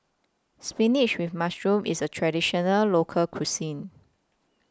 Spinach with Mushroom IS A Traditional Local Cuisine